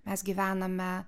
mes gyvename